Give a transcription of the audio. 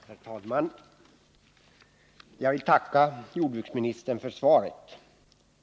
Herr talman! Jag vill tacka jordbruksministern för svaret.